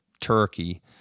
turkey